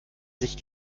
sich